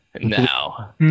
now